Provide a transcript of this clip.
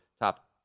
top